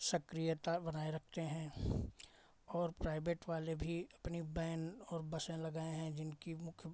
सक्रियता बनाए रखते हैं और प्राइवेट वाले भी अपनी वैन और बसें लगाए हैं जिनकी मुख्य